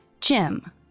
Jim